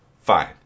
Fine